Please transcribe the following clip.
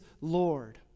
Lord